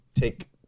take